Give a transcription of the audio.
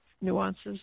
nuances